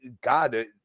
God